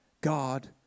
God